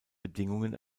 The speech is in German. bedingungen